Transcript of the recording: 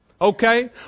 Okay